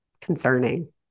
concerning